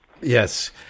Yes